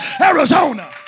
Arizona